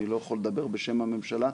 אני לא יכול לדבר בשם הממשלה.